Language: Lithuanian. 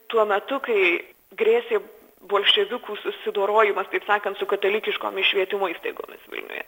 tuo metu kai grėsė bolševikų susidorojimas taip sakant su katalikiškomis švietimo įstaigomis vilniuje